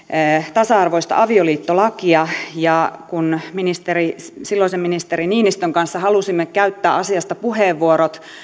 tasa arvoista avioliittolakia ja kun silloisen ministeri niinistön kanssa halusimme käyttää asiasta puheenvuorot